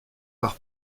par